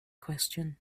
question